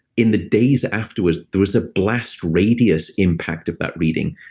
in the days afterwards, there was a blast radius impact of that reading.